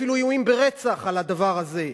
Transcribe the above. אפילו איומים ברצח על הדבר הזה.